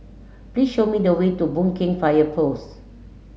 please show me the way to Boon Keng Fire Post